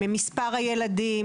הם מספר הילדים,